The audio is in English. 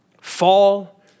fall